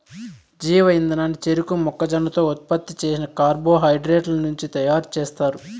జీవ ఇంధనాన్ని చెరకు, మొక్కజొన్నతో ఉత్పత్తి చేసిన కార్బోహైడ్రేట్ల నుంచి తయారుచేస్తారు